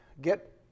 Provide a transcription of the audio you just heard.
get